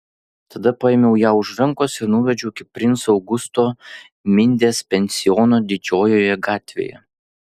tada paėmiau ją už rankos ir nuvedžiau iki princo augusto mindės pensiono didžiojoje gatvėje